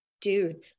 dude